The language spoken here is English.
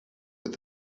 with